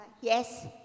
Yes